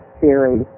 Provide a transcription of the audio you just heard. theory